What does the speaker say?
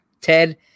Ted